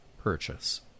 purchase